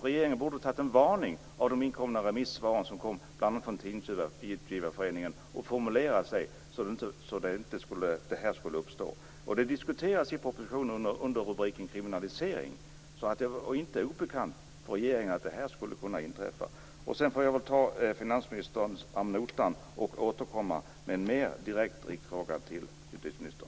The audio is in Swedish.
Regeringen borde ha tagit varning av de inkomna remissvaren, bl.a. från Tidningsutgivareföreningen, och formulerat sig så att den här situationen inte hade uppstått. Frågan diskuteras i propositionen under rubriken Kriminalisering, så det är inte obekant för regeringen att det här skulle kunna inträffa. Jag får väl ta finansministern ad notam och återkomma med en direkt fråga till justitieministern.